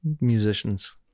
musicians